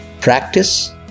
Practice